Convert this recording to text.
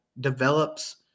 develops –